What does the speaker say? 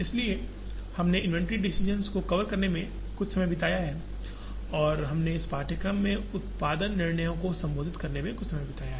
इसलिए हमने inventory decisions को कवर करने में कुछ समय बिताया है और हमने इस पाठ्यक्रम में उत्पादन निर्णयों को संबोधित करने में कुछ समय बिताया है